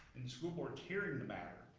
and the school board's hearing the matter,